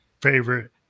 favorite